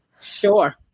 Sure